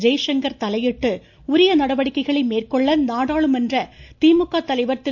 ஜெய்சங்கர் தலையிட்டு உரிய நடவடிக்கைகளை மேற்கொள்ள நாடாளுமன்ற திமுக தலைவர் திரு